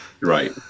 Right